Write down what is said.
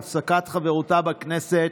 שהפסקת חברותה בכנסת